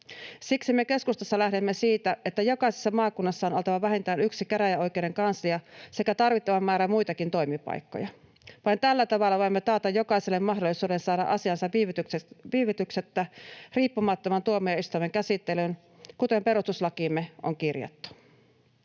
Siksi me keskustassa lähdemme siitä, että jokaisessa maakunnassa on oltava vähintään yksi käräjäoikeuden kanslia sekä tarvittava määrä muitakin toimipaikkoja. Vain tällä tavalla voimme taata jokaiselle mahdollisuuden saada asiansa viivytyksettä riippumattoman tuomioistuimen käsittelyyn, kuten perustuslakiimme on kirjattu.